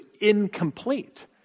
incomplete